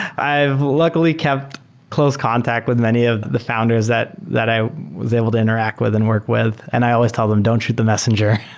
i luckily kept close contact with many of the founders that that i was able to interact with and work with, and i always tell them don't shoot the messenger